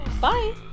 Bye